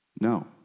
No